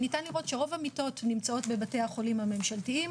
ניתן לראות שרוב המיטות נמצאות בבתי החולים הממשלתיים.